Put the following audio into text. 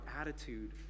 attitude